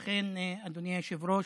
לכן, אדוני היושב-ראש,